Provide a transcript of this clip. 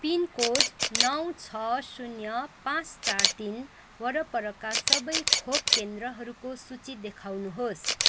pin code नौ छ शून्य पाँच चार तिन वरपरका सबै खोप केन्द्रहरूको सूची देखाउनुहोस्